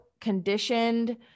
conditioned